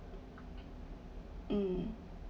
um